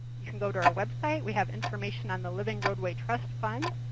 you can go to our website. we have information on the living roadway trust fund.